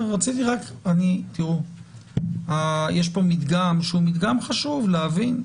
יש פה מדגם שהוא מדגם שחשוב להבין.